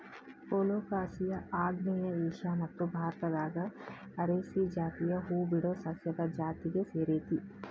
colocasia ಆಗ್ನೇಯ Asia ಮತ್ತು ಭಾರತದಾಗ ಅರೇಸಿ ಜಾತಿಯ ಹೂಬಿಡೊ ಸಸ್ಯದ ಜಾತಿಗೆ ಸೇರೇತಿ